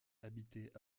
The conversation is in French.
habitait